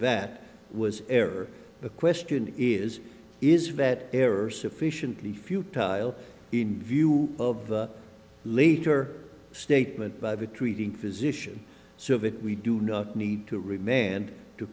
that was error the question is is that error sufficiently futile in view of later statement by the treating physician so that we do not need to remain